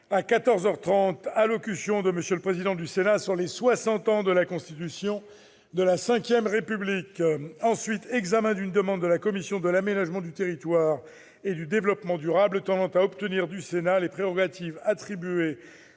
trente : Allocution de M. le président du Sénat sur les 60 ans de la Constitution de la V République. Examen d'une demande de la commission de l'aménagement du territoire et du développement durable tendant à obtenir du Sénat, en application de